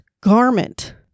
garment